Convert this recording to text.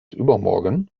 übermorgen